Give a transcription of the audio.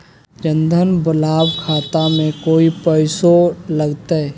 जन धन लाभ खाता में कोइ पैसों लगते?